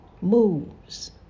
moves